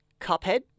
Cuphead